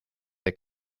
del